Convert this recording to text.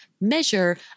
measure